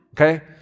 okay